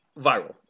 viral